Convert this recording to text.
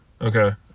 Okay